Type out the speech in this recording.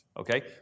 Okay